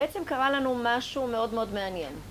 בעצם קרה לנו משהו מאוד מאוד מעניין.